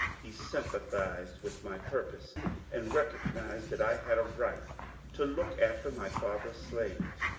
he sympathized with my purpose and recognized that i had a right to look after my father's slaves.